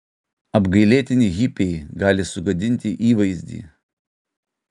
apgailėtini hipiai gali sugadinti įvaizdį